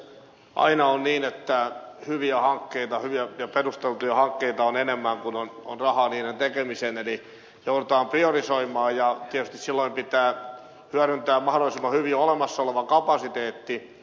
aina on niin että hyviä ja perusteltuja hankkeita on enemmän kuin on rahaa niiden tekemiseen eli joudutaan priorisoimaan ja tietysti silloin pitää hyödyntää mahdollisimman hyvin olemassa oleva kapasiteetti